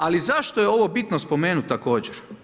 Ali, zašto je ovo bitno spomenuti također?